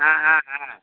ஆ ஆ ஆ